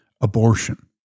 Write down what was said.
abortion